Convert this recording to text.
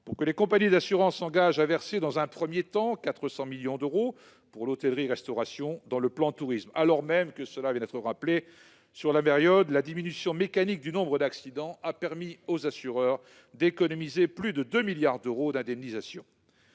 pour que les compagnies d'assurance s'engagent à verser dans un premier temps 400 millions d'euros pour l'hôtellerie-restauration dans le plan Tourisme, alors même que, sur la période, la diminution mécanique du nombre d'accidents a permis aux assureurs d'économiser plus de 2 milliards d'euros d'indemnisations.